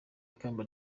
ikamba